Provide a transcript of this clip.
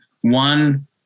one